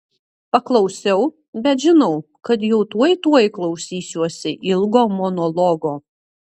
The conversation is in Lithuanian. paklausiau bet žinau kad jau tuoj tuoj klausysiuosi ilgo monologo